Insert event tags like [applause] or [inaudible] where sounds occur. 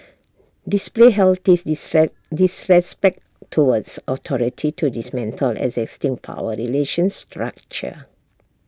display healthy [unintelligible] disrespect towards authority to dismantle existing power relations structure